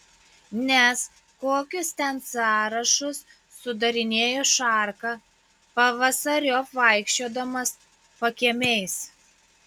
nes kokius ten sąrašus sudarinėjo šarka pavasariop vaikščiodamas pakiemiais